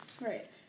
Right